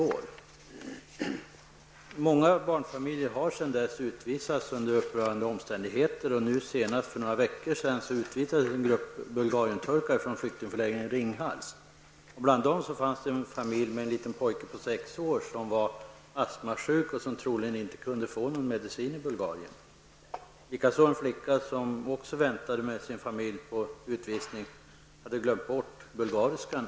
Men många barnfamiljer har ändå utvisats under upprörande omständigheter. Senast för några veckor sedan utvisades en grupp Bland dem fanns en ung familj med en liten pojke på sex år som var astmasjuk och som troligen inte kunde få någon medicin i Bulgarien. Likaså hade en flicka som med sin familj väntade på utvisning glömt bort bulgariskan.